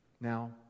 Now